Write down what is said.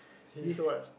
he so what